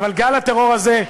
אבל גל הטרור הזה,